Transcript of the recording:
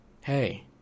hey